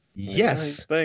Yes